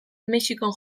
mexikon